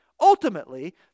ultimately